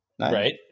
Right